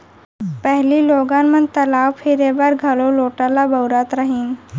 पहिली लोगन मन तलाव फिरे बर घलौ लोटा ल बउरत रहिन